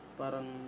parang